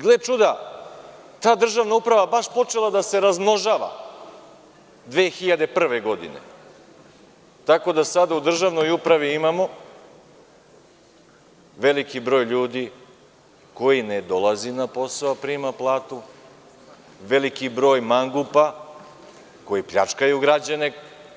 Gle čuda, ta državna uprava je baš počela da se razmnožava 2001. godine, tako da sada u državnoj upravi imamo veliki broj ljudi koji ne dolazi na posao a prima platu, veliki broj mangupa koji pljačkaju građane